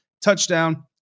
TOUCHDOWN